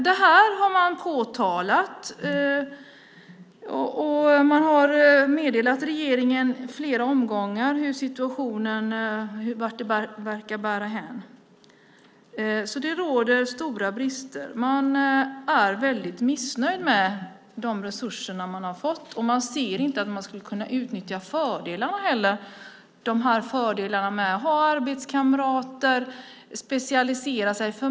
Det här har man påtalat, och man har meddelat regeringen i flera omgångar vart det verkar bära hän. Det råder stora brister. Man är väldigt missnöjd med de resurser som man har fått, och man ser inte hur man skulle kunna utnyttja fördelarna heller - fördelarna med att ha arbetskamrater och att kunna specialisera sig.